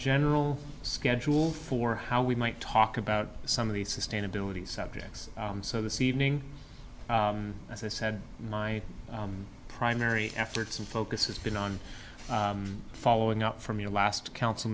general schedule for how we might talk about some of the sustainability subjects so this evening as i said my primary efforts and focus has been on following up from your last council